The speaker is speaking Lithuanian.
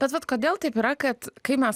bet vat kodėl taip yra kad kai mes